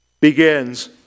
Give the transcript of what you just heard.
begins